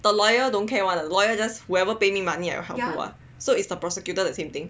the lawyer don't care [one] the lawyer just whoever pay me money I help who [what] so is the prosecutor the same thing